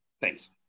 Thanks